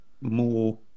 more